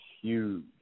huge